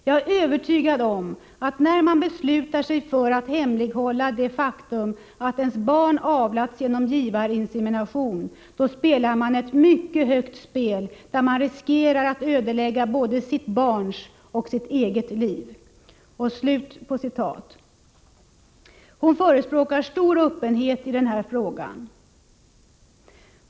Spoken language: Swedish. ”Jag är övertygad om att när man beslutar sig för att hemlighålla det faktum att ens barn avlats genom givarinsemination, då spelar man ett mycket högt spel där man riskerar att ödelägga både sitt barns och sitt eget liv.” Hon förespråkar stor öppenhet i den här frågan.